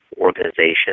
organization